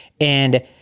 And-